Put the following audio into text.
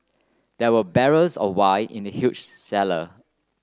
there were barrels of wine in the huge cellar